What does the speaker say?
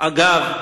אגב,